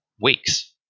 weeks